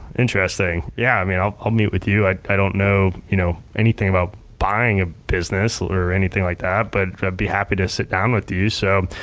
interesting. yeah, i mean i'll i'll meet with you. i don't know you know anything about buying a business or anything like that, but i'd be happy to sit down with you. so,